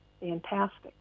fantastic